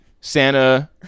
Santa